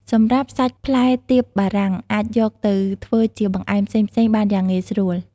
សម្រាប់សាច់ផ្លែទៀបបារាំងអាចយកទៅធ្វើជាបង្អែមផ្សេងៗបានយ៉ាងងាយស្រួល។